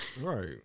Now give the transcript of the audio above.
Right